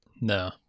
No